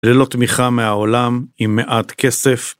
ללא תמיכה מהעולם, עם מעט כסף.